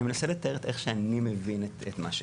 אני מנסה לתאר לפי איך שאני מבין מה שכתוב.